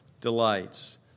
delights